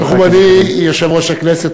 מכובדי יושב-ראש הכנסת,